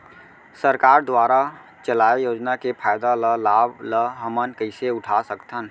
सरकार दुवारा चलाये योजना के फायदा ल लाभ ल हमन कइसे उठा सकथन?